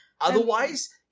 Otherwise